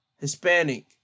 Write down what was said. Hispanic